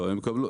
לא.